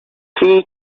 three